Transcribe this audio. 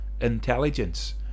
intelligence